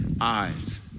eyes